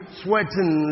sweating